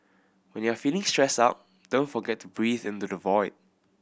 when you are feeling stressed out don't forget to breathe into the void